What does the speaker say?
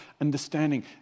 understanding